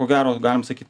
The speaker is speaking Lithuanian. ko gero galim sakyt